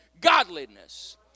godliness